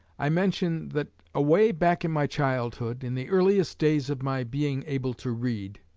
i mention that away back in my childhood, in the earliest days of my being able to read,